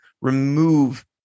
remove